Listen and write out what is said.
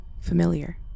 familiar